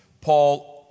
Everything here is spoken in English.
Paul